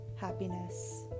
happiness